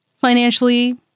financially